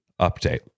update